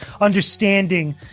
understanding